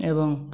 ଏବଂ